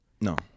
No